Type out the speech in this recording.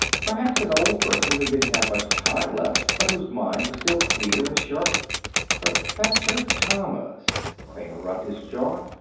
perhaps an old person who didn't have much time left, but whose mind was still clear and sharp professor thomas. kramer rubbed his jaw.